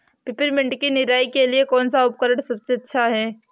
Peppermint की निराई के लिए कौन सा उपकरण सबसे अच्छा है?